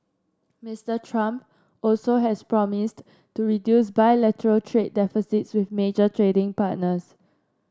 Mister Trump also has promised to reduce bilateral trade deficits with major trading partners